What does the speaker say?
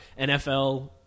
NFL